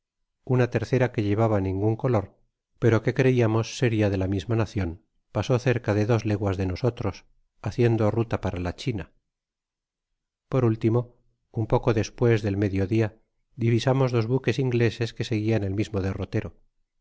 una tercera que llevaba ningun color pero que creiamos seria de la misma nacion pasó cerca de dos leguas de nosotros haciendo ruta para la china por último un poco despues del medio dia divisamos dos buques ingleses que seguian el mismo derrotero